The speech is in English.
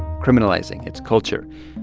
criminalizing its culture.